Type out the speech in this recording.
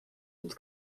its